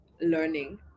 learning